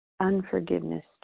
unforgiveness